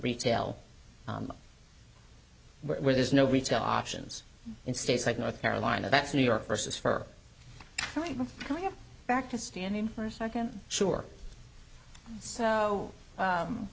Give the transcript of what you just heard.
retail where there's no retail options in states like north carolina that's new york versus fur going back to stand in for a second sure so